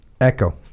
Echo